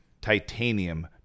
Titanium